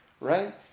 right